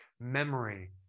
Memory